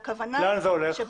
לאן זה הולך?